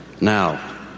Now